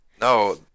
no